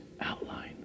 outline